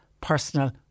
personal